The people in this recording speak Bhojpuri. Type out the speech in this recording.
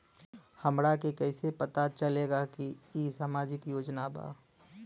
हमरा के कइसे पता चलेगा की इ सामाजिक योजना बा?